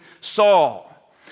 Saul